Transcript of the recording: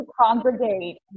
congregate